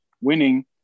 winning